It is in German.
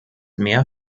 mehr